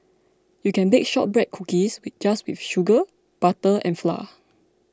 you can bake Shortbread Cookies just with sugar butter and flour